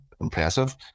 impressive